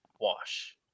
wash